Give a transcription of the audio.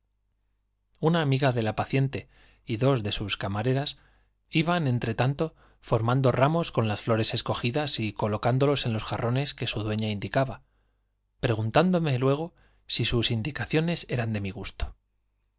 una de la amiga paciente y dos de sus camareras iban entretanto formando ramos con las flores esco los dueíia gidas y colocándolos en jarrones que su indicaba preguntándome luego si sus indicaciones eran de mi gusto